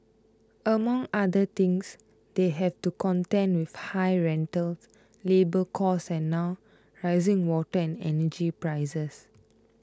among other things they have to contend with high rentals labour costs and now rising water and energy prices